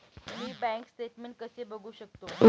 मी bank statement कसे बघू शकतो?